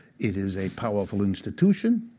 it is a powerful institution,